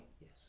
Yes